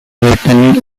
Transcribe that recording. written